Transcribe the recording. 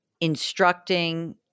instructing